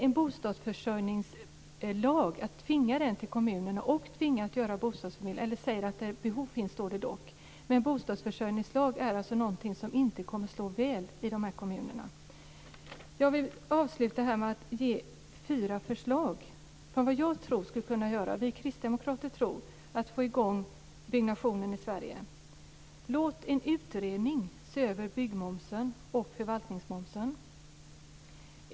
En bostadsförsörjningslag tvingar kommunerna att inrätta en bostadsförmedling där behov finns. Det kommer inte att slå väl ut i kommunerna. Jag vill avsluta med fyra förslag som vi kristdemokrater tror skulle få i gång byggandet i Sverige. Låt först och främst en utredning se över byggmomsen och förvaltningsmomsen.